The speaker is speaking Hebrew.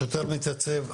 השוטר מתייצב,